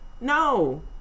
No